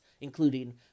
including